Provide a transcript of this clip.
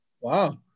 wow